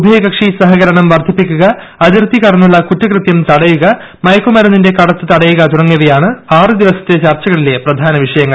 ഉഭയകക്ഷി സഹകരണം വർദ്ധിപ്പിക്കുക അതിർത്തി കടന്നുള്ള കുറ്റകൃത്യം തടയുക മയക്കുമരുന്നിന്റെ കടത്ത് തടയുക തുടങ്ങിയവയാണ് ആറ് ദിവസത്തെ ചർച്ചകളിലെ പ്രധാന വിഷയങ്ങൾ